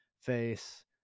face